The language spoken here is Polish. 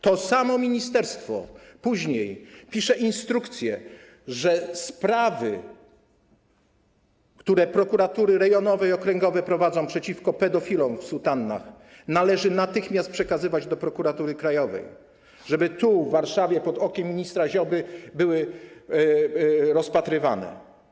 To samo ministerstwo później pisze instrukcję: sprawy, które prokuratury rejonowe i okręgowe prowadzą przeciwko pedofilom w sutannach, należy natychmiast przekazywać do Prokuratury Krajowej, żeby tu, w Warszawie, pod okiem ministra Ziobry były rozpatrywane.